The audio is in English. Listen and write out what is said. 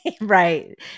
right